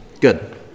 Good